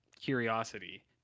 curiosity